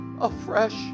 afresh